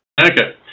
Okay